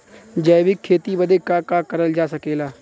जैविक खेती बदे का का करल जा सकेला?